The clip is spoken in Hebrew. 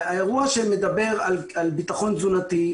האירוע שמדבר על ביטחון תזונתי,